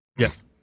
Yes